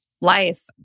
life